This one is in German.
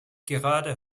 gerade